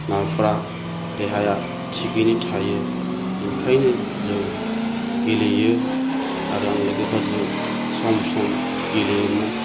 माबाफ्रा देहाया थिगैनो थायो बेनिखायनो जों गेलेयो आरो आं लोगोफोरजों सम सम गेलेयोमोन